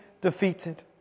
defeated